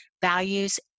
values